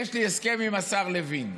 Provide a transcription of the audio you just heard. יש לי הסכם עם השר לוין.